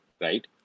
right